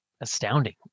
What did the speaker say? astounding